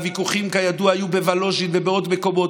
והוויכוחים, כידוע, היו בוולוז'ין ובעוד מקומות.